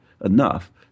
enough